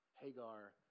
Hagar